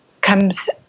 comes